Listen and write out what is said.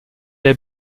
der